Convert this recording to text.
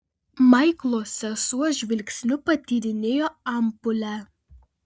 maiklo sesuo žvilgsniu patyrinėjo ampulę